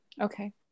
Okay